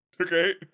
Okay